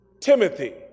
Timothy